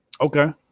Okay